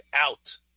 out